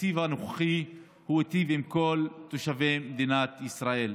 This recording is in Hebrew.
התקציב הנוכחי היטיב עם כל תושבי מדינת ישראל,